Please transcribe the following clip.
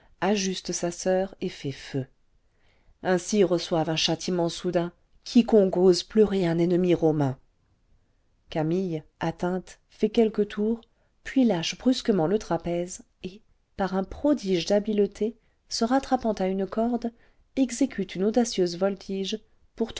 ajuste sa soeur et fait feu ainsi reçoive un châtiment soudain quiconque ose pleurer un ennemi romain camille atteinte fait quelques tours puis lâche brusquement le trapèze et par un prodige d'habileté se rattrapant à une corde exécute une audacieuse voltige pour tomber